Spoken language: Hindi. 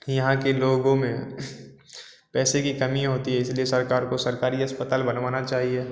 यहाँ के लोगों में पैसों की कमी होती है इस लिए सरकार को सरकारी अस्पताल बनवाना चाहिए